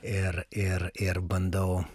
ir ir ir bandau